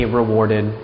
rewarded